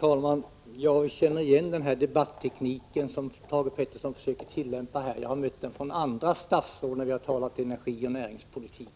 Herr talman! Jag känner igen den debatteknik som Thage Peterson tillämpar. Jag har mött den från andra statsråd när vi har diskuterat energioch näringspolitik.